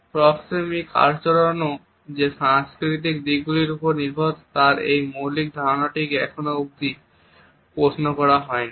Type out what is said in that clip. প্রক্সিমিক আচরণটিও যে সাংস্কৃতিক দিকগুলির উপর নির্ভরশীল তাঁর এই মৌলিক ধারণাটিকে এখনো অব্দি প্রশ্ন করা হয়নি